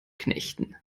knechten